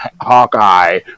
Hawkeye